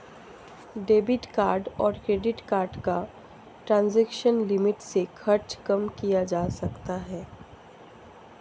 debit card और credit card का transaction limit से खर्च कम किया जा सकता है